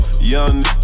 Young